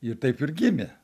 ir taip ir gimė